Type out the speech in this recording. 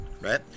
Right